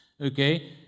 Okay